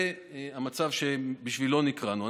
זה המצב שבשבילו נקראנו.